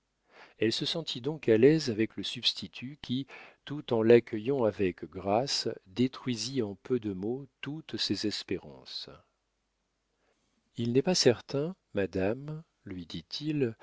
elle se sentit donc à l'aise avec le substitut qui tout en l'accueillant avec grâce détruisit en peu de mots toutes ses espérances il n'est pas certain madame lui dit-il